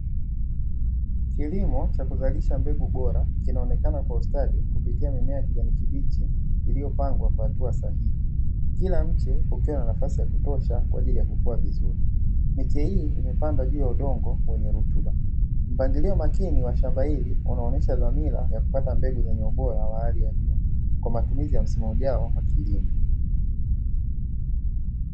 Kilimo cha kuzalisha mbegu bora kinaonekana kwa ustadi kupitia mimea ya kijani kibichi Iliyopandwa kwa hatua na nafasi kwa ajili ya kukua vizuri miche hii imepandwa kwenye udongo Wenye rutuba, mpangilio wa shamba hili unaonyesha dhamira ya kupata mbegu bora kwa matumizi ya msimu ujao wa kilimo.